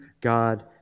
God